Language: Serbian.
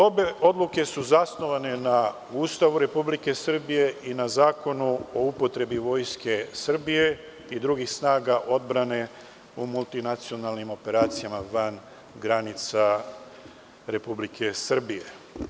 Obe odluke su zasnovane na Ustavu Republike Srbije i na Zakonu o upotrebi Vojske Srbije i drugih snaga odbrane u multinacionalnim operacijama van granica Republike Srbije.